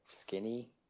skinny